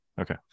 okay